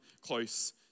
close